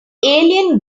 alien